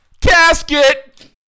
Casket